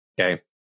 Okay